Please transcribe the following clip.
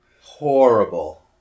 Horrible